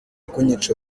kunyica